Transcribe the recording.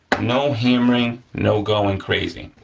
no hammering, no going crazy.